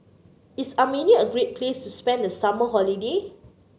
is Armenia a great place to spend the summer holiday